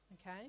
Okay